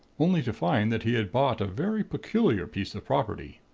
only to find that he had bought a very peculiar piece of property.